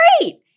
great